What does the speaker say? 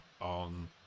on